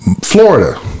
Florida